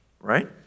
right